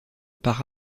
par